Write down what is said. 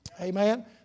Amen